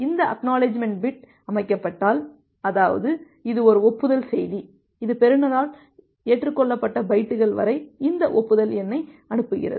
இந்த ACK bit அமைக்கப்பட்டால் அதாவது இது ஒரு ஒப்புதல் செய்தி இது பெறுநரால் ஏற்றுக்கொள்ளப்பட்ட பைட்டுகள் வரை இந்த ஒப்புதல் எண்ணை அனுப்புகிறது